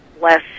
less